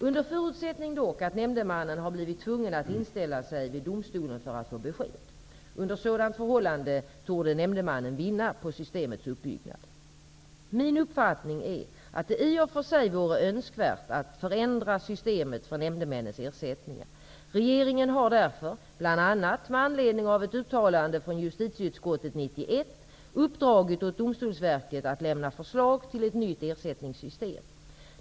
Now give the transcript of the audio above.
Under förutsättning dock att nämndemannen har blivit tvungen att inställa sig vid domstolen för att få detta besked. Under sådana förhållanden torde nämndemannen vinna på systemets uppbyggnad. Min uppfattning är att det i och för sig vore önskvärt att förändra systemet för nämndemännens ersättningar. Regeringen har därför bl.a. med anledning av ett uttalande av justitieutskottet år Domstolsverket att lämna förslag till ett nytt ersättningssystem.